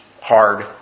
hard